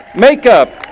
makeup,